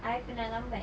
I pernah lambat